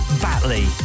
Batley